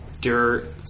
dirt